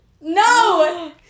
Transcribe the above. No